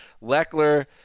Leckler